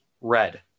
red